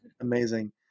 Amazing